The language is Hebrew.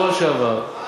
בשבוע שעבר,